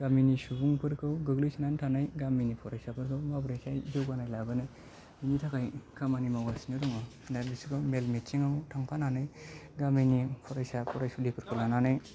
गामिनि सुबुंफोरखौ गोग्लैसोनानै थानाय गामिनि फरायसाफोरखौ माबोरैहाय जौगानाय लाबोनो नि थाखाय खामानि मावगासिनो दङ दा बिसोरखौ मेल मिथिङाव थांफानानै गामिनि फरायसा फरायसुलिफोरखौ लानानै